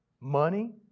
Money